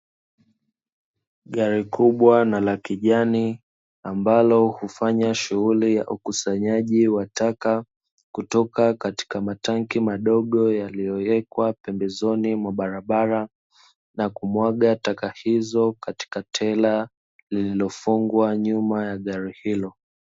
Gari kubwa na la kijani ambalo hufanya shughuli ya ukusanyaji wa taka kutoka katika matanki madogo yaliyowekwa pembezoni mwa barabara, na kumwaga taka hizo katika tela lililofungwa nyuma ya gari hilo.